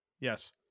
Yes